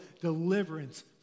deliverance